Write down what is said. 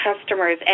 customers